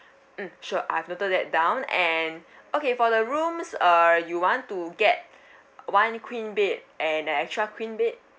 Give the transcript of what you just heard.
mm sure I've noted that down and okay for the rooms uh you want to get one queen bed and an extra queen bed